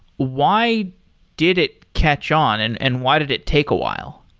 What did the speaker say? why did it catch on and and why did it take a while?